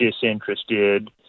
disinterested